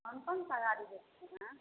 कौन कौनसा गाड़ी बेचते हैं